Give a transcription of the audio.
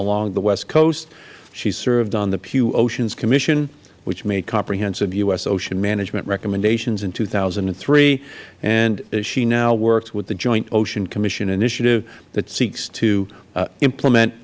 along the west coast she served on the pew oceans commission which made comprehensive u s ocean recommendations in two thousand and three and she now works with the joint ocean commission initiative that seeks to implement